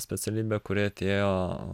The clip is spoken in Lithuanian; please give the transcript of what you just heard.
specialybę kuri atėjo